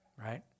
right